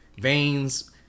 veins